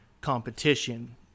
competition